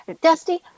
Dusty